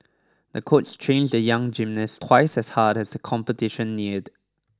the coach trained the young gymnast twice as hard as the competition neared